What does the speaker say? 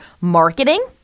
marketing